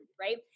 right